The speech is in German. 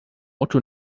otto